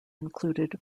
included